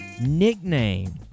nickname